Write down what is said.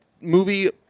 movie